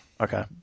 Okay